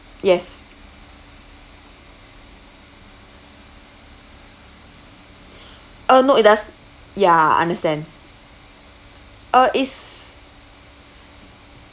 yes uh no it doesn~ ya understand uh is